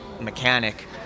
mechanic